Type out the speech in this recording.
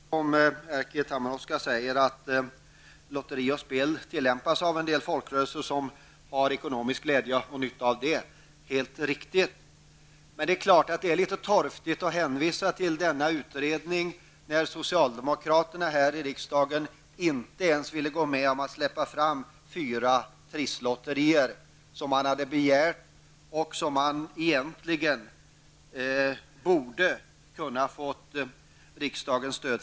Herr talman! Det är riktigt som Erkki Tammenoksa säger att lotteri och spel tillämpas av en del folkrörelser, som har ekonomisk glädje och nytta av det. Det är dock litet torftigt att hänvisa till denna utredning när socialdemokraterna här i riksdagen inte ens ville gå med på att släppa fram fyra omgångar trisslotterier. Man hade begärt att få dessa och borde egentligen ha kunnat få riksdagens stöd.